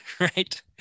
right